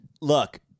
Look